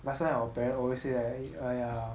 last time our parents always say like !aiya!